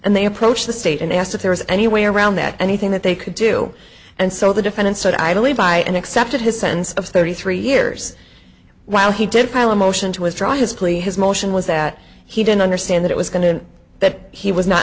and they approached the state and asked if there was any way around that anything that they could do and so the defendant said idly by and accepted his sentence of thirty three years while he did file a motion to withdraw his plea his motion was that he didn't understand that it was going to that he was not